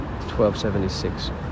1276